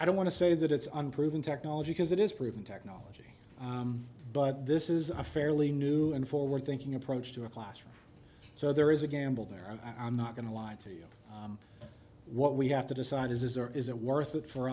i don't want to say that it's unproven technology because it is proven technology but this is a fairly new and forward thinking approach to a classroom so there is a gamble there and i'm not going to lie to you what we have to decide is is there is it worth it for